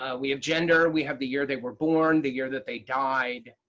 um we have gender. we have the year they were born. the year that they died.